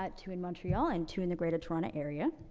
ah, two in montreal and two in the greater toronto area.